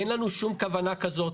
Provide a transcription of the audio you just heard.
אין לנו שום כוונה כזאת.